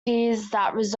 results